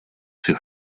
sur